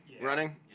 running